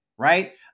right